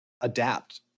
adapt